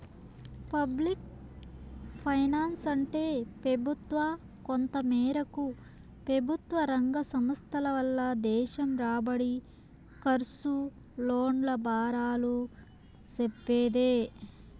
public ఫైనాన్సంటే పెబుత్వ, కొంతమేరకు పెబుత్వరంగ సంస్థల వల్ల దేశం రాబడి, కర్సు, లోన్ల బారాలు సెప్పేదే